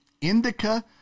indica